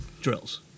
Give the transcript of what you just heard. drills